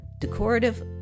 Decorative